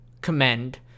commend